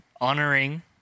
honoring